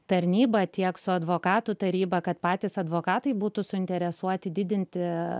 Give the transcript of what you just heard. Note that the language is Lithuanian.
tarnyba tiek su advokatų taryba kad patys advokatai būtų suinteresuoti didinti